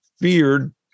feared